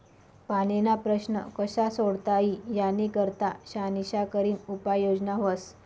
पाणीना प्रश्न कशा सोडता ई यानी करता शानिशा करीन उपाय योजना व्हस